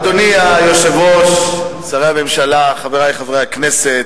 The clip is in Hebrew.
אדוני היושב-ראש, שרי הממשלה, חברי חברי הכנסת,